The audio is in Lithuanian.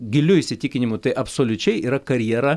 giliu įsitikinimu tai absoliučiai yra karjera